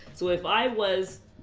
so if i was.